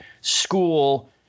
school